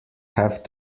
have